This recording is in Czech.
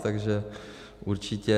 Takže určitě...